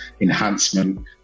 enhancement